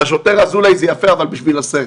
לשוטר אזולאי זה יפה אבל בשביל הסרט.